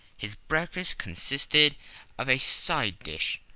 his breakfast consisted of a side-dish,